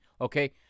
Okay